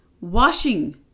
washing